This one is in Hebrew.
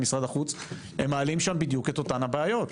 משרד החוץ הם מעלים שם בדיוק אותן הבעיות.